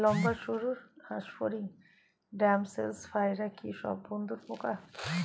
লম্বা সুড় ঘাসফড়িং ড্যামসেল ফ্লাইরা কি সব বন্ধুর পোকা?